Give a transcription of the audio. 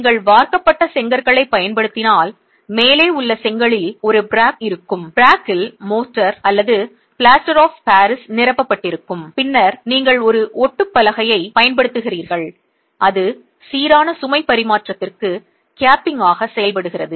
நீங்கள் வார்க்கப்பட்ட செங்கற்களைப் பயன்படுத்தினால் மேலே உள்ள செங்கலில் ஒரு ஃப்ராக் இருக்கும் ஃப்ராக் ல் மோர்ட்டார் அல்லது பிளாஸ்டர் ஆஃப் பாரிஸ் நிரப்பப்பட்டிருக்கும் பின்னர் நீங்கள் ஒரு ஒட்டு பலகையைப் பயன்படுத்துகிறீர்கள் அது சீரான சுமை பரிமாற்றத்திற்கு கேப்பிங்காக செயல்படுகிறது